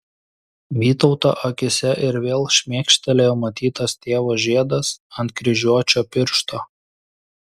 vytauto akyse ir vėl šmėkštelėjo matytas tėvo žiedas ant kryžiuočio piršto